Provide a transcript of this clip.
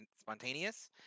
spontaneous